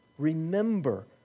Remember